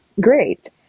Great